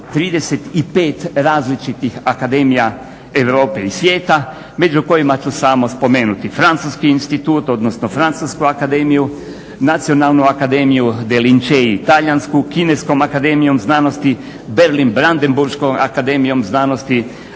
35 različitih akademija Europe i svijeta među kojima ću samo spomenuti Francuski institut odnosno Francusku akademiju, Nacionalnu akademiju De LIncei talijansku, Kineskom akademijom znanosti, Berlin-brandenburškom akademijom znanosti,